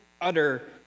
utter